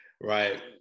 Right